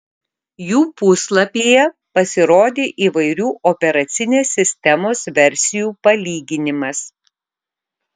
jų puslapyje pasirodė įvairių operacinės sistemos versijų palyginimas